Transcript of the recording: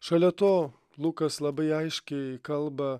šalia to lukas labai aiškiai kalba